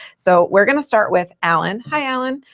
so we're going to start with alan. hi, alan.